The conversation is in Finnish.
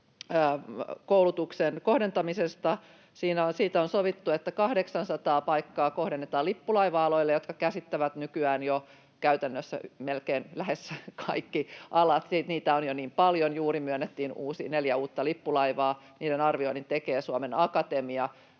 tohtorikoulutukseen kohdentamisesta. Siitä on sovittu, että 800 paikkaa kohdennetaan lippulaiva-aloille, jotka käsittävät nykyään jo käytännössä melkein lähes kaikki alat — siis niitä on jo niin paljon, juuri myönnettiin neljä uutta lippulaivaa. Niiden arvioinnin tekee Suomen Akatemia,